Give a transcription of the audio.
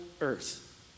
earth